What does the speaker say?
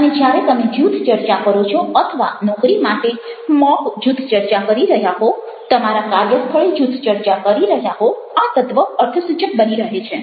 અને જ્યારે તમે જૂથ ચર્ચા કરો છોઅથવા નોકરી માટે મોક જૂથ ચર્ચા કરી રહ્યા હો તમારા કાર્ય સ્થળે જૂથ ચર્ચા કરી રહ્યા હો આ તત્ત્વ અર્થસૂચક બની રહે છે